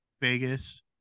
Vegas